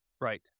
Right